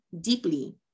deeply